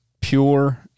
pure